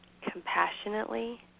Compassionately